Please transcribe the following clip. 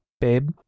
babe